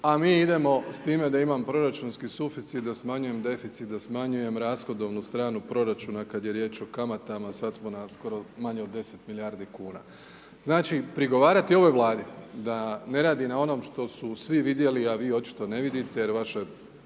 a mi idemo s time da imam proračunski proficit, da smanjujem deficit, da smanjujem rashodnovnu stranu proračuna kada je riječ o kamatama, sada smo na skoro manje od 10 milijardi kuna. Znači prigovarati ovoj Vladi da ne radi na onom što su svi vidjeli a vi očito ne vidite jer vaša